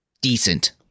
decent